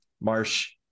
Marsh